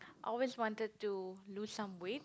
always wanted to lose some weight